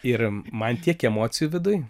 ir man tiek emocijų viduj